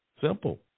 Simple